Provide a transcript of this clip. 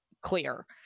clear